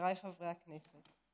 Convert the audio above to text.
חבריי חברי הכנסת,